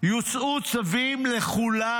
יוצאו צווים לכולם.